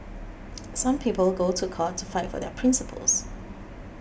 some people go to court to fight for their principles